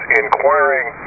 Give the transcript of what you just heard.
inquiring